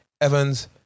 Evans